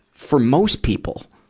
for most people,